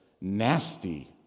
nasty